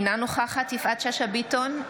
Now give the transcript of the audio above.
אינה נוכחת יפעת שאשא ביטון,